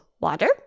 water